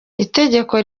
itegeko